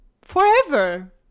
forever